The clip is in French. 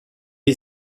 est